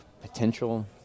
potential